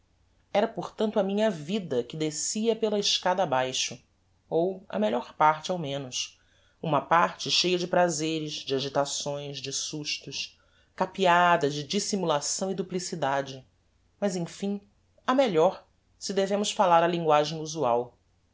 era portanto a minha vida que descia pela escada abaixo ou a melhor parte ao menos uma parte cheia de prazeres de agitações de sustos capeada de dissimulação e duplicidade mas emfim a melhor se devemos falar a linguagem usual